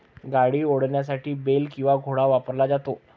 गाडी ओढण्यासाठी बेल किंवा घोडा वापरला जातो